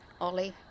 Ollie